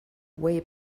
way